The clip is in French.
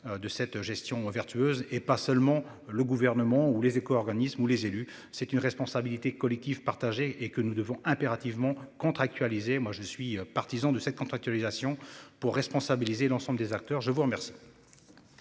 de cette gestion vertueuse et pas seulement le gouvernement ou les éco-organismes ou les élus. C'est une responsabilité collective partagée et que nous devons impérativement contractualiser moi je suis partisan de cette contractualisation pour responsabiliser l'ensemble des acteurs, je vous remercie.